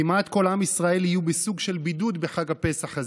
כמעט כל עם ישראל יהיה בסוג של בידוד בחג הפסח הזה,